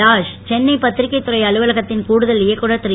தாஷ் சென்னை பத்திரிகை துறை அலுவலகத்தின் கூடுதல் இயக்குனர் திரு